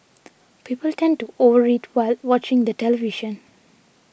people tend to over eat while watching the television